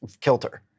kilter